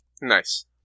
Nice